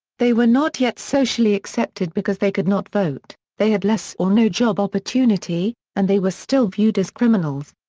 they were not yet socially accepted because they could not vote, they had less or no job opportunity, and they were still viewed as criminals.